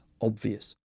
obvious